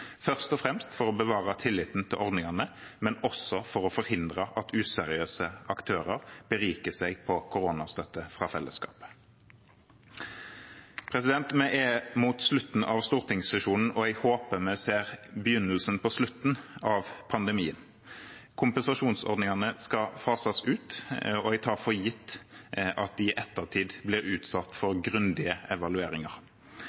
først og fremst for å bevare tilliten til ordningene, men også for å forhindre at useriøse aktører beriker seg på koronastøtte fra fellesskapet. Vi er mot slutten av stortingssesjonen, og jeg håper vi ser begynnelsen på slutten av pandemien. Kompensasjonsordningene skal fases ut, og jeg tar for gitt at de i ettertid blir utsatt